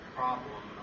problem